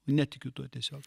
netikiu tuo tiesiog